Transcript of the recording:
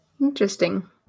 Interesting